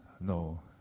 no